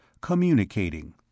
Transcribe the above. Communicating